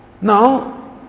Now